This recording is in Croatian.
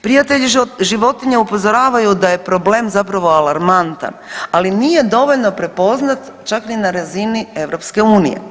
Prijatelji životinja upozoravaju da je problem zapravo alarmantan, ali nije dovoljno prepoznat čak ni na razini EU.